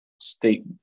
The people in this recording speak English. state